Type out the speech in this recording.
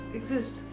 exist